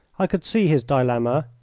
i could see his dilemma.